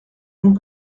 avant